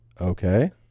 Okay